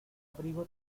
abrigo